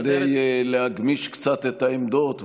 כדי להגמיש קצת את העמדות,